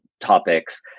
topics